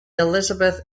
elizabeth